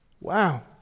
Wow